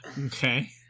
Okay